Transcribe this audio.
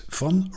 van